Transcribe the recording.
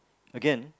again